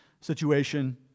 situation